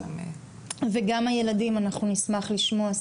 וגם הילדים אנחנו נשמח לשמוע ספציפית.